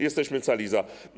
Jesteśmy cali za.